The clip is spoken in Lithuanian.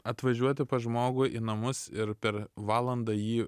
atvažiuoti pas žmogų į namus ir per valandą jį